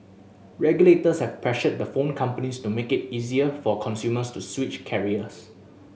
regulators have pressured the phone companies to make it easier for consumers to switch carriers